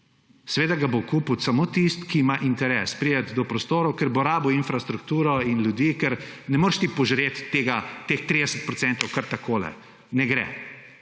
Seveda ga bo kupil samo tisti, ki ima interes priti do prostorov, ker bo rabil infrastrukturo in ljudi, ker ne moreš ti požreti teh 30 % kar takole /